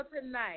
tonight